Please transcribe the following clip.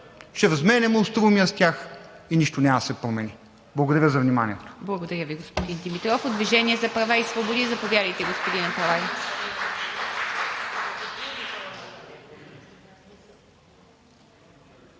ще разменяме остроумия с тях и нищо няма да се промени. Благодаря за вниманието.